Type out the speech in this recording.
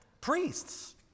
priests